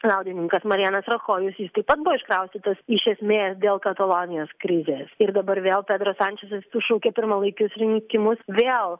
liaudininkas marijanas rachojus jis taip pat buvo iškraustytas iš esmės dėl katalonijos krizės ir dabar vėl pedras sančesas sušaukė pirmalaikius rinkimus vėl